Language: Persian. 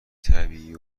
طبیعی